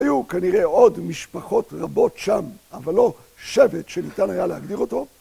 היו כנראה עוד משפחות רבות שם, אבל לא שבט שניתן היה להגדיר אותו.